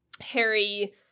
Harry